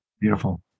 Beautiful